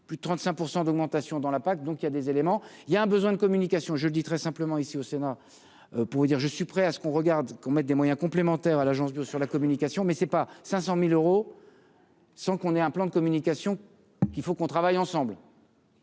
plus de 35 % d'augmentation dans la PAC, donc il y a des éléments, il y a un besoin de communication, je le dis très simplement ici au Sénat, pour vous dire, je suis prêt à ce qu'on regarde, qu'on mette des moyens complémentaires à l'agence sur la communication, mais c'est pas 500000 euros, sans qu'on ait un plan de communication qu'il faut qu'on travaille ensemble.